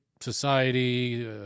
society